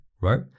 right